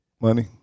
Money